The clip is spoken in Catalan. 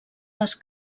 les